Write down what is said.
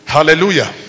Hallelujah